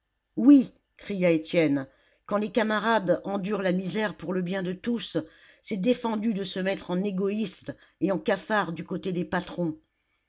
oui cria étienne quand les camarades endurent la misère pour le bien de tous c'est défendu de se mettre en égoïste et en cafard du côté des patrons